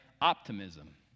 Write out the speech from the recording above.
optimism